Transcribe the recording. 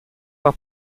der